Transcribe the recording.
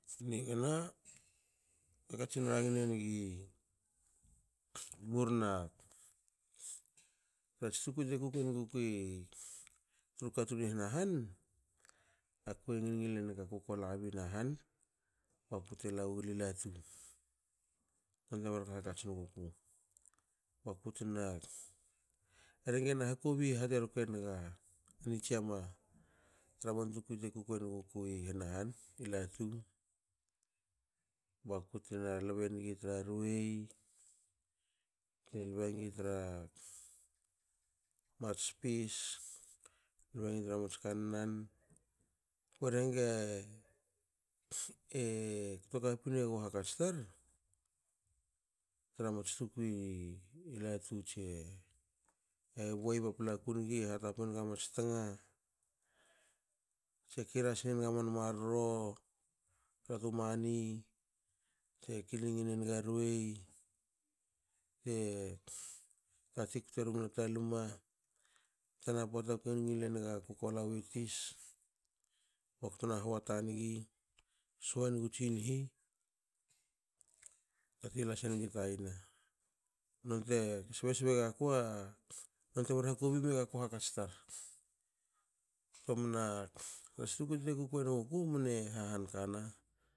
Nigna kue katsin rangine nigi murna trats tukui te kuenuguku tru katun i hna han, akue ngil ngil enigi akuko labin ahan bakute lawengi latu. Nonte mar hak hakats wenguku bakutna rhe gena hakobi haterke naga ni tsiama tra man tukui te kukui en gukui hna han i latu baktna lbe nigi tu ruei, bte lbe nigi tra mats pis lbenga mats kannan. Kue rhenge kto kapin megu hakats tar tra mats tukui latu tse buei paplaku nigi hatapenga mats tnga tse kirsa sinenga man marro tra tu mani. tse kiling nenga ruei te tati kte rumana ta lme tana pota kue ngile naga kuko la wi tis baktna hoata nigi swengu tsinhi tati lasengi ta yana. nonte sbesbe gakua nonte mar hakobi gakua hakats tar. ktomna mats kukui enuguku mne hahan kana